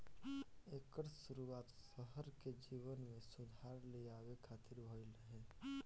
एकर शुरुआत शहर के जीवन में सुधार लियावे खातिर भइल रहे